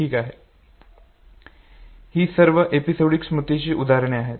ठीक आहे ही सर्व एपिसोडिक स्मृतीचे उदाहरणे आहेत